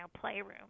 playroom